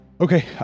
Okay